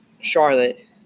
Charlotte